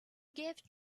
give